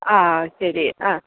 ആ ശരി ആ